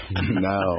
No